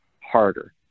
harder